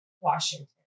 Washington